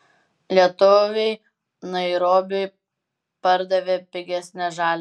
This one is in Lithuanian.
lietuviai nairobiui pardavė pigesnę žaliavą